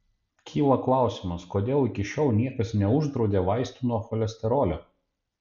kyla klausimas kodėl iki šiol niekas neuždraudė vaistų nuo cholesterolio